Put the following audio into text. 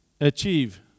achieve